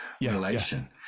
relation